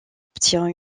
obtient